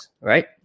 right